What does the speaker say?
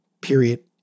period